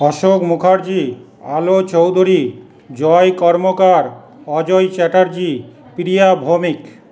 Ashok Mukherjee Alo Chowdhury Joy Karmakar Ajay Chatterjee Priya Bhowmik